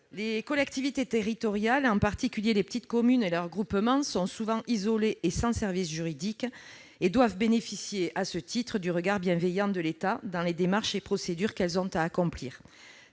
les collectivités territoriales, en particulier les petites communes et leurs groupements, souvent isolés et sans service juridique, bénéficient du regard bienveillant de l'État dans les démarches et procédures qu'elles doivent accomplir.